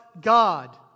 God